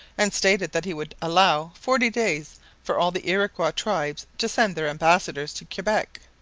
and stated that he would allow forty days for all the iroquois tribes to send their ambassadors to quebec.